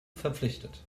verpflichtet